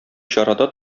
чарада